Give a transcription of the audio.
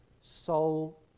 soul